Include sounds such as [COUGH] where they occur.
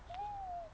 [NOISE]